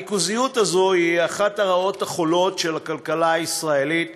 הריכוזיות הזאת היא אחת הרעות החולות של הכלכלה הישראלית,